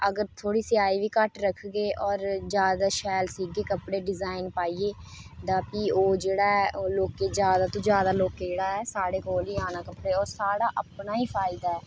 अगर थोह्ड़ी सियाई बी घट्ट रखगे होर जादै शैल सीह्गे कपड़े डिजाईन पाइयै ते प्ही ओह् लोकें जादै कोला जादै ऐ ओह् साढ़े कोल ई आना लोकें ते ओह् साढ़ा अपना ई फायदा ऐ